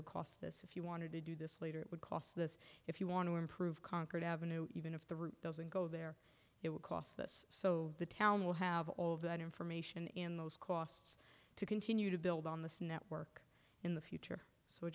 would cost this if you wanted to do this later it would cost this if you want to improve concord avenue even if the route doesn't go there it would cost this so the town will have all of that information in those costs to continue to build on this network in the future so